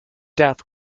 death